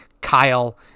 Kyle